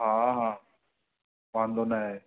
हा हा वांधो न आहे